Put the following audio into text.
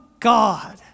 God